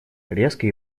резко